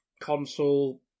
console